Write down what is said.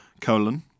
colon